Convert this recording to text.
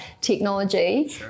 technology